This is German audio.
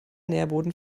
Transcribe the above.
nährboden